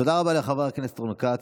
תודה רבה לחבר הכנסת רון כץ.